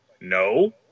no